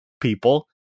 people